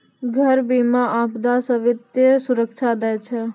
घर बीमा, आपदा से वित्तीय सुरक्षा दै छै